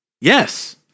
yes